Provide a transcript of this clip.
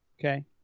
okay